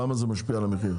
למה זה משפיע על המחיר?